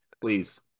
Please